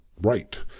right